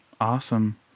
awesome